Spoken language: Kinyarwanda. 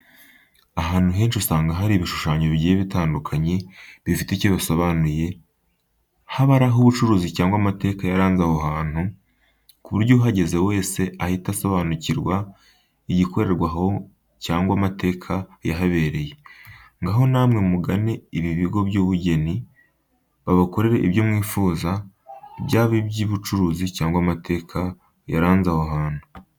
Ahantu henshi usanga hari ibishushanyo bigiye bitandukanye bifite icyo bisobanuye, haba ari ah'ubucuruzi cyangwa amateka yaranze aho hantu, ku buryo uhageze wese ahita asobanukirwa igikorerwa aho cyangwa amateka yahabereye. Ngaho namwe mugane ibi bigo byubugene, babakorere ibyo mwifuza byaba iby'ubucuruzi cyangwa amateka yaranze aho hantu.